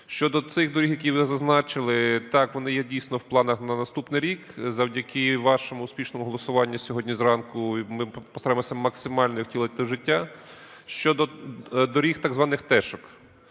Щодо цих доріг, які ви зазначили, так, вони є дійсно в планах на наступний рік. Завдяки вашому успішному голосуванню сьогодні зранку, ми постараємося максимально їх втілити в життя. Щодо доріг, так званих "тешок".